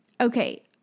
okay